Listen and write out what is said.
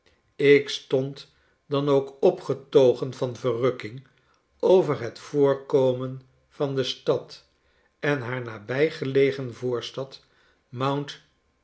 ik stond dan ook opgetogen van verrukking over het voorkomen van de stad en haar nabijgelegen voorstad mount